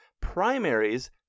primaries